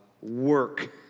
work